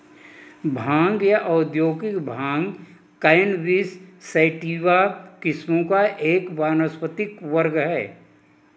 भांग या औद्योगिक भांग कैनबिस सैटिवा किस्मों का एक वानस्पतिक वर्ग है